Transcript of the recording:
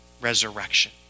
Resurrection